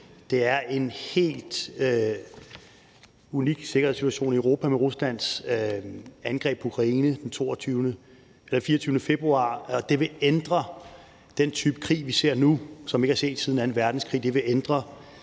i, er en helt unik sikkerhedssituation i Europa med Ruslands angreb på Ukraine den 24. februar, og at den type krig, vi ser nu, som vi ikke har set siden anden venrdenskrig,